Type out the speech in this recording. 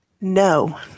no